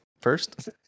first